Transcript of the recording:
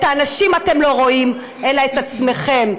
את האנשים אתם לא רואים, אלא את עצמכם.